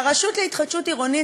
והרשות להתחדשות עירונית,